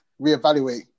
reevaluate